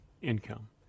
income